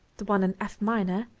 the one in f minor,